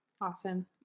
Awesome